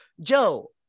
joe